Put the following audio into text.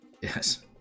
Yes